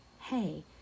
hey